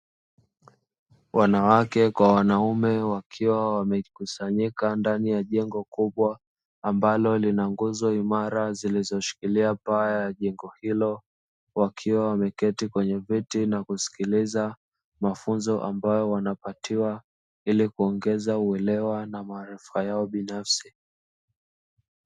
Wanawake kwa wanaume wakiwa wamekusanyika ndani ya jengo kubwa ambalo lina nguzo imara zilizoshikilia paa ya jengo hilo wakiwa wameketi kwenye viti na kusikiliza mafunzo ambayo wanapatiwa ili kuongeza uelewa na maarifa yao binafsi.